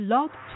Love